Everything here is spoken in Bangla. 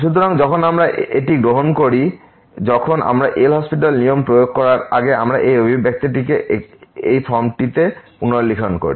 সুতরাং যখন আমরা এটি গ্রহণ করি যখন আমরা LHospital নিয়ম প্রয়োগ করার আগে আমরা এই অভিব্যক্তিটিকে এই ফর্মটিতে পুনর্লিখন করি